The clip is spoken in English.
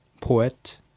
poet